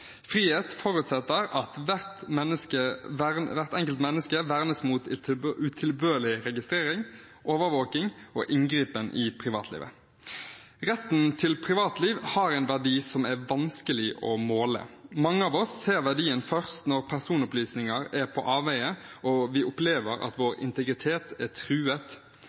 frihet og for demokratiet. Frihet forutsetter at hvert enkelt menneske vernes mot utilbørlig registrering, overvåking og inngripen i privatlivet. Retten til privatliv har en verdi som er vanskelig å måle. Mange av oss ser verdien først når personopplysninger er på avveie og vi opplever at vår integritet er truet.